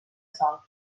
sòl